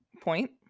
point